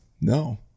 No